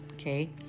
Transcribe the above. Okay